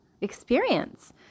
experience